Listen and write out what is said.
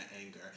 anger